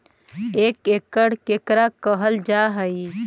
एक एकड़ केकरा कहल जा हइ?